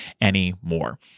anymore